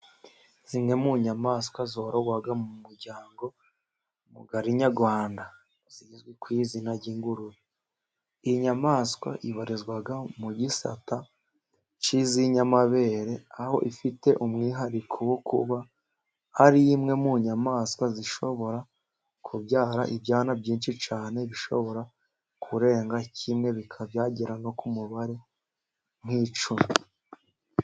Zimwe mu nyamaswa zororwa mu muryango mugari nyarwanda zizwi kw'izina ry'ingurube, iyi nyamaswa ibarizwa mu gisata cy'iz'inyamabere aho ifite umwihariko wo kuba ari imwe mu nyamaswa zishobora kubyara ibyana byinshi cyane bishobora kurenga kimwe bikagera no ku mubare nk'icumi.